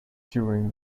during